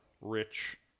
rich